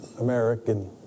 American